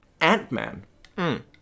Ant-Man